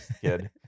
kid